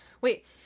Wait